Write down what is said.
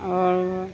आओर